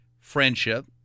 friendship